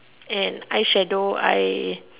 and eye shadow I